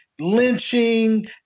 lynching